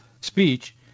speech